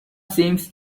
seemed